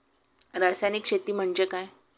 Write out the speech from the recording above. रासायनिक शेती म्हणजे काय?